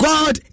God